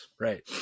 right